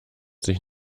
sich